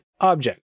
object